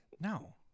No